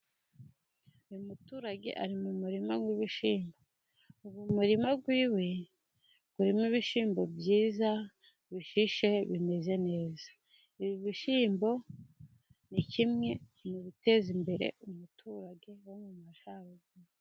Uyu muturage ari mu murima w'ibishyimbo, uyu murima we urimo ibishyimbo byiza bishishe bimeze neza, ibi bishyimbo ni kimwe mu biteza imbere umuturage wo mu majyaruguru.